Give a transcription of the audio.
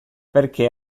perché